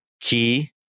key